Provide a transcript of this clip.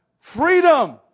freedom